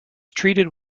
treated